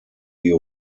die